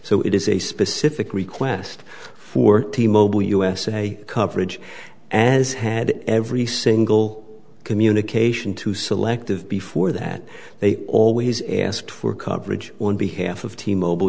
so it is a specific request for t mobile usa coverage as had every single communication to selective before that they always asked for coverage on behalf of t mobile